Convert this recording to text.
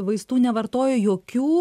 vaistų nevartoja jokių